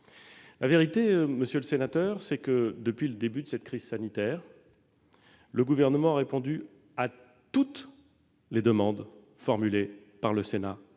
La vérité, monsieur le sénateur, c'est que, depuis le début de cette crise sanitaire, le Gouvernement a répondu à toutes les demandes formulées par le Sénat